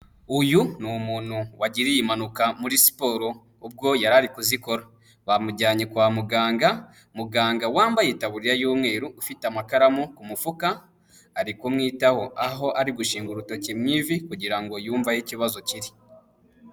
Uyu ni umuntu wagiriye impanuka muri siporo ubwo yari ari kuzikora, bamujyanye kwa muganga muganga wambaye itaburiya y'umweru ufite amakaramu ku mufuka ari kumwitaho, aho ari gushinga urutoki mu ivi kugira ngo yumve aho ikibazo kiri.